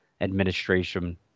Administration